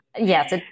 Yes